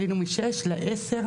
עלינו מ-6% ל-10%,